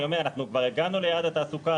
אני אומר כבר הגענו ליעד התעסוקה,